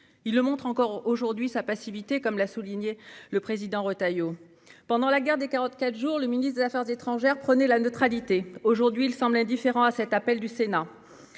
il prouve encore aujourd'hui sa passivité, comme l'a souligné le président Retailleau. Pendant la guerre des 44 jours, le ministre des affaires étrangères prônait la neutralité. Aujourd'hui, il semble indifférent à l'appel du Sénat.